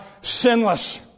sinless